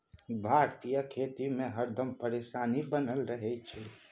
भारतीय खेती में हरदम परेशानी बनले रहे छै